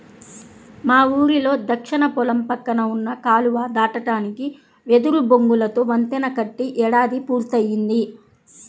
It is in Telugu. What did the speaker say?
మా ఊరిలో దక్షిణ పొలం పక్కన ఉన్న కాలువ దాటడానికి వెదురు బొంగులతో వంతెన కట్టి ఏడాది పూర్తయ్యింది